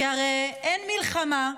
כי הרי אין מלחמה,